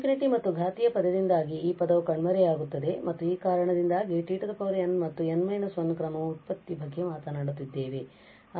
∞ ಮತ್ತು ಈ ಘಾತೀಯ ಪದದಿಂದಾಗಿ ಈ ಪದವು ಕಣ್ಮರೆಯಾಗುತ್ತದೆ ಮತ್ತು ಈ ಕಾರಣದಿಂದಾಗಿ t n ಮತ್ತು ನಾವು n − 1 ಕ್ರಮ ವ್ಯುತ್ಪತ್ತಿ ಬಗ್ಗೆ ಮಾತನಾಡುತ್ತಿದ್ದೇವೆ